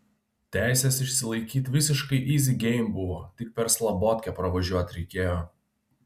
teises išsilaikyt visiškai yzi geim buvo tik per slabotkę pravažiuot reikėjo